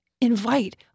Invite